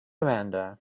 amanda